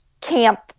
camp